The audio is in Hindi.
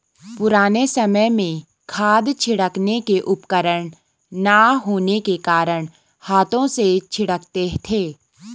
पुराने समय में खाद छिड़कने के उपकरण ना होने के कारण हाथों से छिड़कते थे